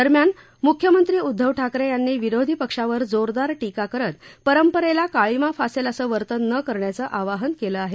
दरम्यान मुख्यमंत्री उद्धव ठाकरे यांनी विरोधी पक्षावर जोरदार टीका करत परंपरेला कांळीमा फासेल असं वर्तन न करण्याचं आवाहनं केलं आहे